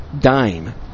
dime